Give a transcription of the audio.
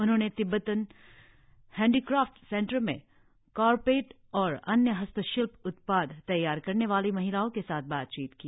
उन्होंने Tibetan handicraft centre में carpet और अन्य हस्तशिल्प उत्पाद तैयार करने वाली महिलाओं के साथ बातचीत की